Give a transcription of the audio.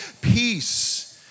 peace